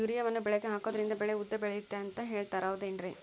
ಯೂರಿಯಾವನ್ನು ಬೆಳೆಗೆ ಹಾಕೋದ್ರಿಂದ ಬೆಳೆ ಉದ್ದ ಬೆಳೆಯುತ್ತೆ ಅಂತ ಹೇಳ್ತಾರ ಹೌದೇನ್ರಿ?